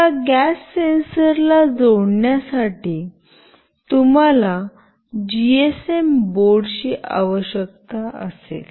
या गॅस सेन्सरला जोडण्या साठी तुम्हाला जीएसएम बोर्डची आवश्यकता असेल